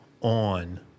on